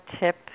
tip